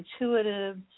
intuitive